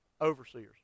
Overseers